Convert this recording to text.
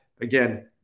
Again